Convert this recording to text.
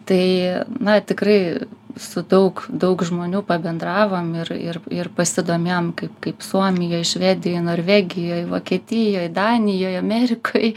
tai na tikrai su daug daug žmonių pabendravom ir ir ir pasidomėjom kaip kaip suomijoj švedijoj norvegijoj vokietijoj danijoj amerikoj